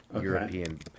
European